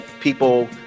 people